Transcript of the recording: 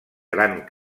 gran